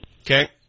Okay